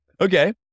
Okay